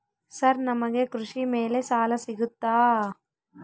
Sir ನಮಗೆ ಕೃಷಿ ಮೇಲೆ ಸಾಲ ಸಿಗುತ್ತಾ?